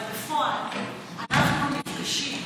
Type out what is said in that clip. אבל בפועל אנחנו נפגשים,